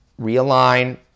realign